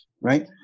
right